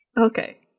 Okay